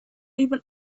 even